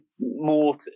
more